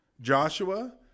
Joshua